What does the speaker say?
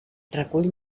recull